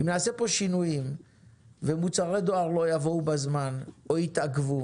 אם נעשה כאן שינויים ומוצרי דואר לא יבואו בזמן או יתעכבו